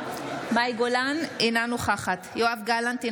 אינה נוכחת יואב גלנט,